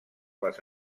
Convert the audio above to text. les